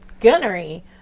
gunnery